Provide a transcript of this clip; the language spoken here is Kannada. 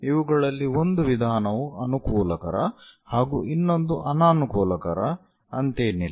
ಇವುಗಳಲ್ಲಿ ಒಂದು ವಿಧಾನವು ಅನುಕೂಲಕರ ಹಾಗೂ ಇನ್ನೊಂದು ಅನಾನುಕೂಲಕರ ಅಂತೇನಿಲ್ಲ